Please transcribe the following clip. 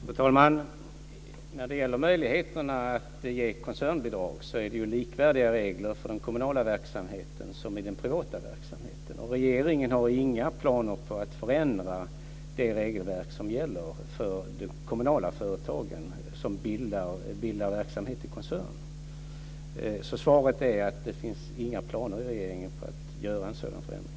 Fru talman! När det gäller möjligheterna att ge koncernbidrag är det ju likvärdiga regler för den kommunala verksamheten som för den privata verksamheten. Och regeringen har inga planer på att förändra det regelverk som gäller för de kommunala företagen som bildar verksamhet i koncern. Svaret är alltså att det inte finns några planer i regeringen på att göra en sådan förändring.